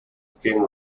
skin